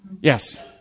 yes